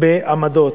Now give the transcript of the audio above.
בעמדות.